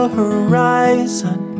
horizon